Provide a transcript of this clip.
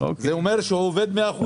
זה אומר הוא עובד 100 אחוזי